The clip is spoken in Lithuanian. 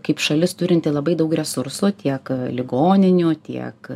kaip šalis turinti labai daug resursų tiek ligoninių tiek